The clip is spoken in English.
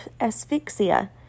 asphyxia